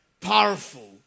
Powerful